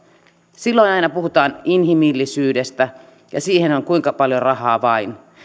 silloin aina puhutaan inhimillisyydestä ja siihen on rahaa kuinka paljon vain